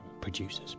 Producers